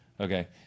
okay